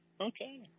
Okay